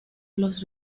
los